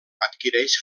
adquireix